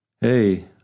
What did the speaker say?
Hey